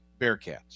Bearcats